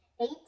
eight